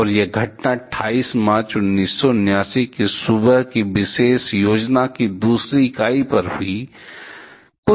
और यह घटना 28 मार्च 1979 की सुबह की विशेष योजना की दूसरी इकाई पर हुई